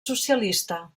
socialista